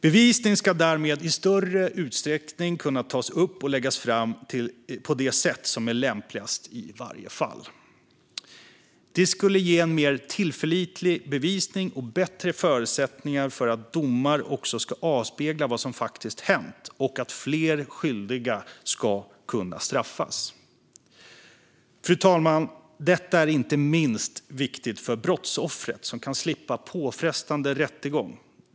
Bevisning ska därmed i större utsträckning kunna tas upp och läggas fram på det sätt som är lämpligast i varje enskilt fall. Det skulle ge en mer tillförlitlig bevisning och bättre förutsättningar för att domarna ska avspegla vad som faktiskt hänt och för att fler skyldiga ska kunna straffas. Detta, fru talman, är viktigt inte minst för brottsoffret, som kan slippa en påfrestande rättegång.